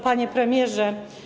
Panie Premierze!